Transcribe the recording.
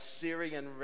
Syrian